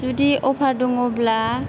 जुदि अफार दङब्ला